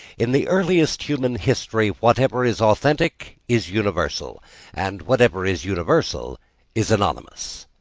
in the earliest human history whatever is authentic is universal and whatever is universal is anonymous.